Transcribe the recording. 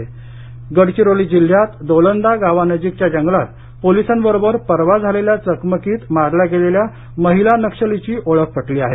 गडचिरोली गडचिरोली जिल्ह्यात दोलंदा गावानजीकच्या जंगलात पोलिसांबरोबर परवा झालेल्या चकमकीत मारल्या गेलेल्या महिला नक्षलीची ओळख पटली आहे